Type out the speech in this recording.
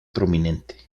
prominente